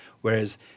Whereas